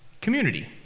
Community